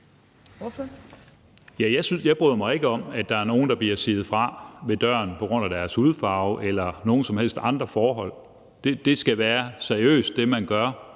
Jeg bryder mig ikke om, at der er nogen, der bliver siet fra ved døren på grund af deres hudfarve eller nogen som helst andre forhold. Det, man gør